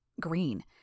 green